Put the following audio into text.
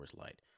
Light